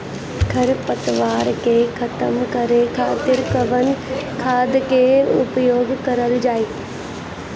खर पतवार के खतम करे खातिर कवन खाद के उपयोग करल जाई?